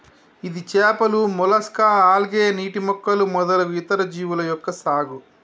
ఇది చేపలు, mollusca, algae, నీటి మొక్కలు మొదలగు ఇతర జీవుల యొక్క సాగు